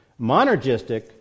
Monergistic